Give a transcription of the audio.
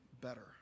better